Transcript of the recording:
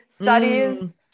studies